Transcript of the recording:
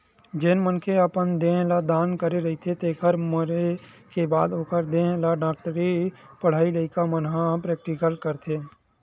जेन मनखे ह अपन देह ल दान करे रहिथे तेखर मरे के बाद ओखर देहे ल डॉक्टरी पड़हइया लइका मन प्रेक्टिकल करथे